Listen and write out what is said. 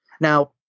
Now